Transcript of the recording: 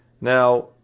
Now